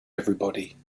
everybody